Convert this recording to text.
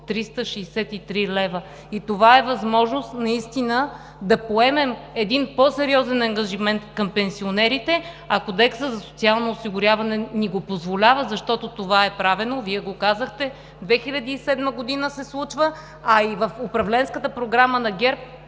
363 лв. Това е възможност наистина да поемем един по-сериозен ангажимент към пенсионерите, а Кодексът за социално осигуряване ни го позволява, защото това е правено, Вие го казахте, в 2007 г. се случва. И в управленската програма на ГЕРБ